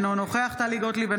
אינו נוכח טלי גוטליב,